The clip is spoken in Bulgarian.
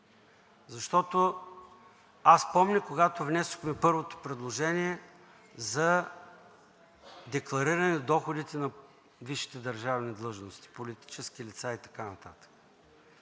защото аз помня, когато внесохме първото предложение за деклариране доходите на висшите държавни длъжности – политически лица и така нататък.